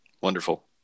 Wonderful